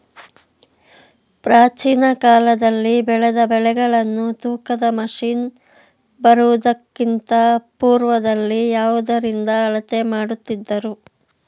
ಪ್ರಾಚೀನ ಕಾಲದಲ್ಲಿ ಬೆಳೆದ ಬೆಳೆಗಳನ್ನು ತೂಕದ ಮಷಿನ್ ಬರುವುದಕ್ಕಿಂತ ಪೂರ್ವದಲ್ಲಿ ಯಾವುದರಿಂದ ಅಳತೆ ಮಾಡುತ್ತಿದ್ದರು?